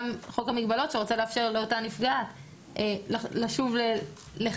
גם חוק המגבלות שרוצה לאפשר לאותה נפגעת לשוב לחייה